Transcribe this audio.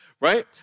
right